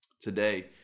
Today